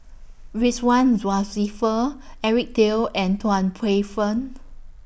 Ridzwan Dzafir Eric Teo and Tan Paey Fern